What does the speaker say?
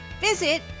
Visit